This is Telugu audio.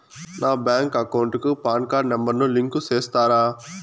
నా బ్యాంకు అకౌంట్ కు పాన్ కార్డు నెంబర్ ను లింకు సేస్తారా?